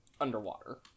underwater